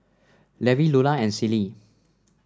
Levi Lulla and Celie